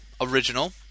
original